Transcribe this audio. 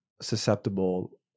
susceptible